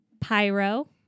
pyro